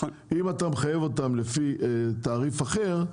אם אתה מחייב אותם לפי תעריף אחר,